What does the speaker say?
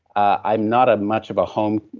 i'm not a much of a homeowner,